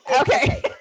Okay